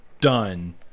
done